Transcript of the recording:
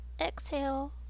exhale